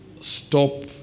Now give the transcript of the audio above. stop